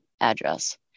address